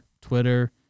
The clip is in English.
Twitter